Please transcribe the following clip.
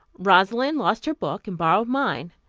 rosalind lost her book, and borrowed mine.